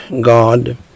God